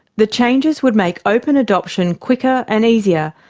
the changes would make open adoption quicker and easier,